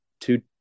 two